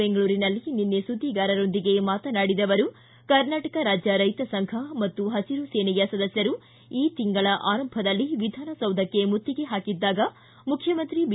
ಬೆಂಗಳೂರಿನಲ್ಲಿ ನಿನ್ನೆ ಸುದ್ದಿಗಾರರೊಂದಿಗೆ ಮಾತನಾಡಿದ ಅವರು ಕರ್ನಾಟಕ ರಾಜ್ಯ ರೈತ ಸಂಘ ಮತ್ತು ಪಸಿರು ಸೇನೆಯ ಸದಸ್ಕರು ಈ ತಿಂಗಳ ಆರಂಭದಲ್ಲಿ ವಿಧಾನಸೌಧಕ್ಷೆ ಮುತ್ತಿಗೆ ಪಾಕಿದ್ದಾಗ ಮುಖ್ಯಮಂತ್ರಿ ಬಿ